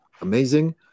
amazing